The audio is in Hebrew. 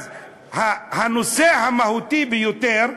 הנושא המהותי ביותר,